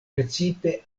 precipe